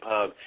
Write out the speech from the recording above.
Pub